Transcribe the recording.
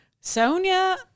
Sonia